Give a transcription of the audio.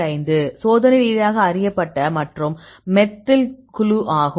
5 சோதனை ரீதியாக அறியப்பட்ட மற்றும் மெத்தில் குழு ஆகும்